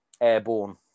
Airborne